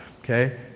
okay